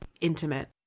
intimate